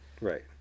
Right